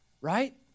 right